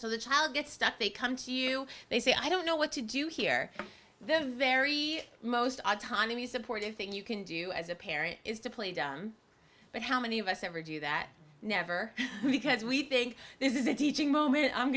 so the child gets stuck they come to you they say i don't know what to do here the very most autonomy supportive thing you can do as a parent is to play dumb but how many of us ever do that never because we think this is a teaching moment